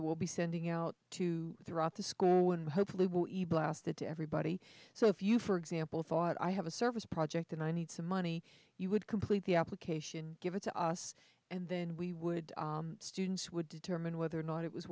that will be sending out to throughout the school hopefully blasted to everybody so if you for example thought i have a service project and i need some money you would complete the application give it to us and then we would students would determine whether or not it was